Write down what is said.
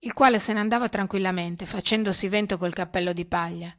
il quale se ne andava tranquillamente facendosi vento col cappello di paglia